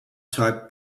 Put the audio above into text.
type